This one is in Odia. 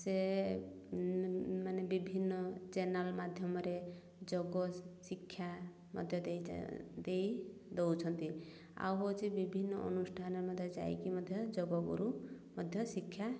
ସେ ମାନେ ବିଭିନ୍ନ ଚ୍ୟାନେଲ୍ ମାଧ୍ୟମରେ ଯୋଗ ଶିକ୍ଷା ମଧ୍ୟ ଦେଇ ଦେଉଛନ୍ତି ଆଉ ହେଉଛି ବିଭିନ୍ନ ଅନୁଷ୍ଠାନରେ ମଧ୍ୟ ଯାଇକି ମଧ୍ୟ ଯୋଗ ଗୁରୁ ମଧ୍ୟ ଶିକ୍ଷା